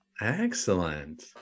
Excellent